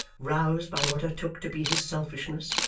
roused by what i took to be his selfishness,